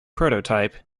prototype